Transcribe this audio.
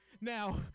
Now